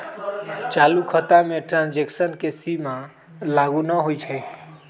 चालू खता में ट्रांजैक्शन के सीमा लागू न होइ छै